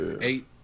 eight